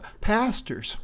Pastors